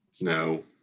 No